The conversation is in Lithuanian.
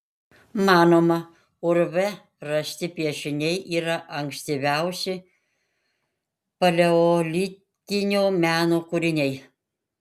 manoma urve rasti piešiniai yra ankstyviausi paleolitinio meno kūriniai